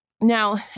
Now